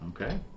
Okay